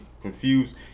confused